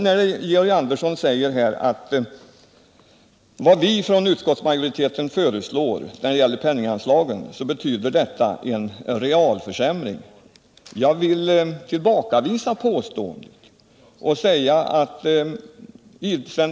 När Georg Andersson säger att utskottsmajoritetens förslag vad gäller penninganslag innebär en realförsämring vill jag tillbakavisa det påståendet.